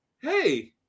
Hey